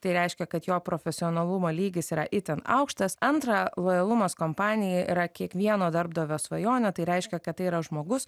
tai reiškia kad jo profesionalumo lygis yra itin aukštas antra lojalumas kompanijai yra kiekvieno darbdavio svajonė tai reiškia kad tai yra žmogus